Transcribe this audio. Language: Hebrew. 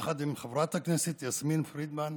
יחד עם חברת הכנסת יסמין פרידמן,